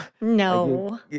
No